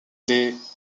les